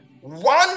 one